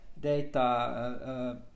data